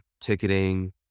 ticketing